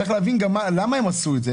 צריך להבין גם למה הם עשו את זה.